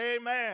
Amen